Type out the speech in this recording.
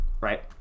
right